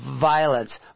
violence